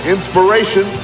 Inspiration